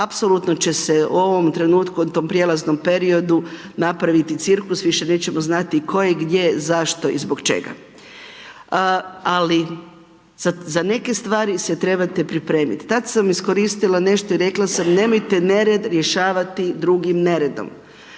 apsolutno će se u ovom trenutku, u tom prelaznom periodu, napraviti cirkus, više nećemo znati, tko je gdje, zašto i zbog čega. Ali, za neke stvari se trebate pripremiti. Tada sam iskoristila nešto i rekla sam nemojte nered rješavati drugim neredom.